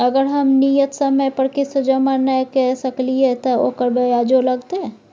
अगर हम नियत समय पर किस्त जमा नय के सकलिए त ओकर ब्याजो लगतै?